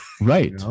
right